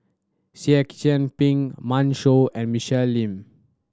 Seah Kian Peng Pan Shou and Michelle Lim